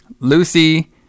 Lucy